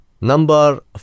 Number